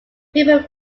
people